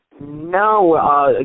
No